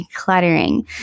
decluttering